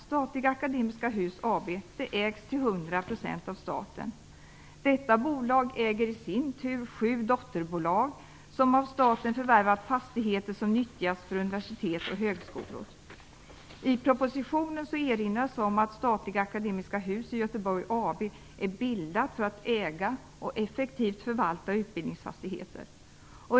Statliga Akademiska Hus AB ägs till 100 % av staten. Detta bolag äger i sin tur sju dotterbolag som av staten förvärvat fastigheter som nyttjas för universitet och högskolor. I propositionen erinras om att Statliga Akademiska Hus i Göteborg AB är bildat för att äga och effektivt förvalta utbildningsfastigheter.